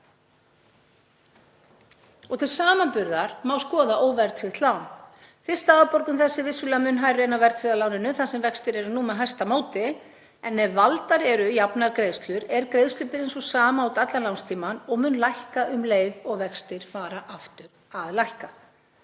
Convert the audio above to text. Til samanburðar má skoða óverðtryggt lán. Fyrsta afborgun þess er vissulega mun hærri en af verðtryggða láninu þar sem vextir eru nú með hæsta móti. En ef valdar eru jafnar greiðslur er greiðslubyrðin sú sama út allan lánstímann og mun lækka um leið og vextir fara aftur að lækka.